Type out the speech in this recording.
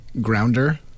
grounder